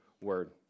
word